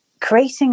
creating